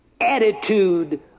attitude